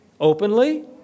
Openly